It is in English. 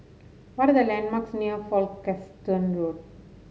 what are the landmarks near Folkestone Road